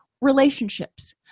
relationships